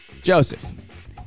Joseph